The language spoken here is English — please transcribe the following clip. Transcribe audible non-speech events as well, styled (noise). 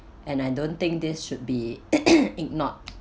and I don't think this should be (coughs) ignored